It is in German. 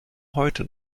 heute